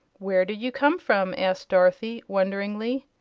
where did you come from? asked dorothy, wonderingly.